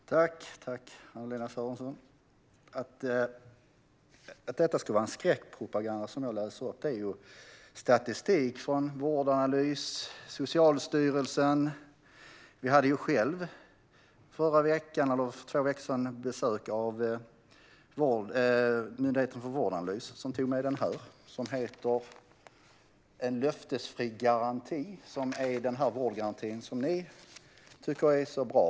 Fru talman! Tack, Anna-Lena Sörenson! När det gäller att det jag läste upp skulle vara skräckpropaganda vill jag meddela att det är statistik från Vårdanalys och Socialstyrelsen. För två veckor sedan hade vi besök av Vårdanalys som tog med den här rapporten som jag visar för kammarens ledamöter. Den heter Löftesfri garanti och handlar om vårdgarantin, som ni tycker är så bra.